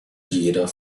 jeder